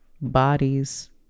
bodies